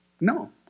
No